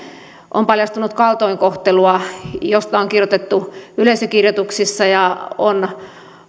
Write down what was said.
on paljastunut kaltoinkohtelua josta on kirjoitettu yleisökirjoituksissa ja on